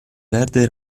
verde